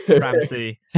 Ramsey